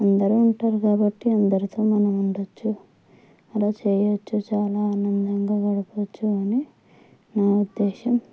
అందరూ ఉంటారు కాబట్టి అందరితో మనం ఉండవచ్చు అలా చేయవచ్చు చాలా ఆనందంగా గడపవచ్చు అని నా ఉద్దేశం